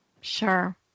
Sure